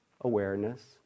awareness